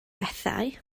bethau